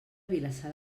vilassar